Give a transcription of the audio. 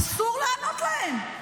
אסור לענות להם.